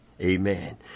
Amen